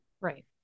right